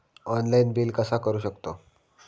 Online bill कसा करु शकतव?